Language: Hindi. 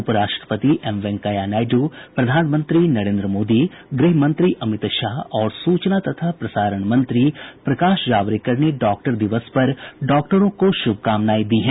उपराष्ट्रपति एम वेंकैया नायड्र प्रधानमंत्री नरेन्द्र मोदी गृह मंत्री अमित शाह और सूचना तथा प्रसारण मंत्री प्रकाश जावडेकर ने डॉक्टर दिवस पर डॉक्टरों को शुभकामनाएं दी हैं